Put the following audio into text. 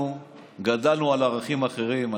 אנחנו גדלנו על ערכים אחרים.